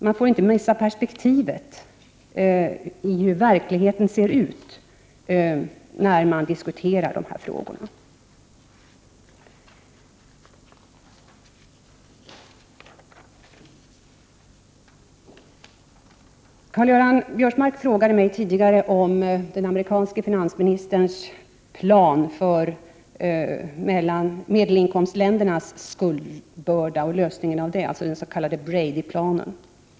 Man får inte missa perspektivet i hur verkligheten ser ut när man diskuterar dessa frågor. Karl-Göran Biörsmark frågade mig tidigare om den amerikanske finansministerns plan för lösningen av medelinkomstländernas skuldbörda, den s.k. Bradyplanen.